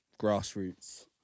grassroots